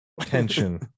tension